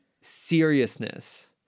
seriousness